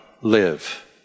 live